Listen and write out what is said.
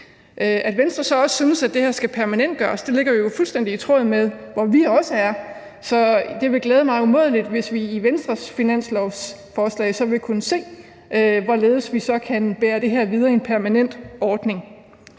At Venstre så også synes, at det her skal permanentgøres, ligger jo fuldstændig i tråd med, hvor vi også er, så det vil glæde mig umådeligt, hvis vi i Venstres finanslovsforslag så vil kunne se, hvorledes vi så kan bære det her videre i en permanent ordning.